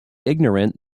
ignorant